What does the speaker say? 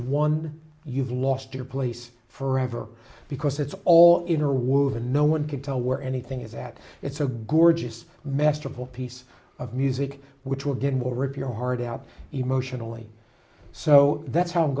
one you've lost your place forever because it's all interwoven no one can tell where anything is at it's a good use masterful piece of music which will good will rip your heart out emotionally so that's how i'm